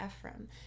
Ephraim